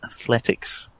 athletics